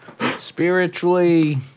Spiritually